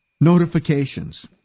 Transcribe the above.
Notifications